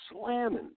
slamming